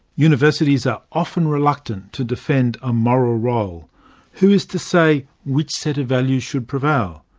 universities are often reluctant to defend a moral role who is to say which set of values should prevail?